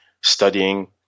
studying